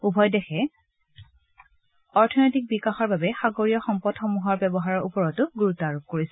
উভয় দেশে অৰ্থনৈতিক বিকাশৰ বাবে সাগৰীয় সম্পদসমূহৰ ব্যৱহাৰৰ ওপৰত গুৰুত্ব আৰোপ কৰিছে